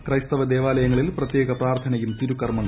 ക്രിസ്തീയ ദേവാലയങ്ങളിൽ പ്രത്യേക പ്രാർത്ഥനയും തിരുകർമ്മങ്ങളും